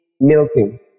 milking